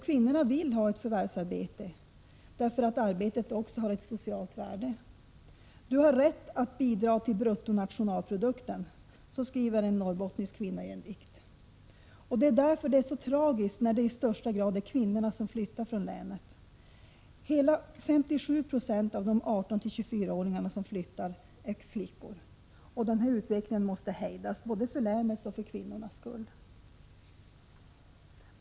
Kvinnorna vill ha ett förvärvsarbete, därför att arbetet också har ett socialt värde. ”Du har rätt att bidra till bruttonationalprodukten”, som en norrbottnisk kvinna skriver i en dikt. Det är därför så tragiskt när det i högsta grad är kvinnorna som flyttar från länet. Hela 57 Jo av de 18-24-åringar som flyttar är flickor. Den här utvecklingen måste hejdas, både för länets och för kvinnornas skull.